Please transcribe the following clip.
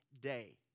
day